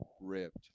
ripped